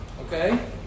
okay